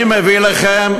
אני מביא לכם,